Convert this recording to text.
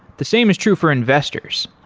the same is true for investors.